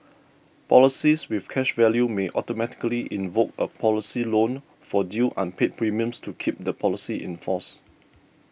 policies with cash value may automatically invoke a policy loan for due unpaid premiums to keep the policy in force